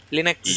Linux